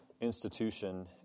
institution